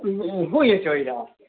ᱦᱩᱭ ᱦᱚᱪᱚᱭᱮᱫᱟ